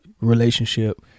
relationship